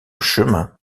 chemin